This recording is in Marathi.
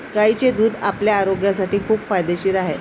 गायीचे दूध आपल्या आरोग्यासाठी खूप फायदेशीर आहे